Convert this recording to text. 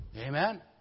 Amen